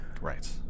right